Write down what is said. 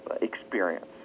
experience